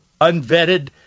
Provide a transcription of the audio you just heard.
unvetted